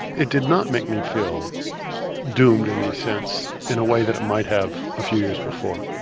it did not make me feel doomed in a sense in a way that it might have a few years before.